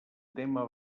tema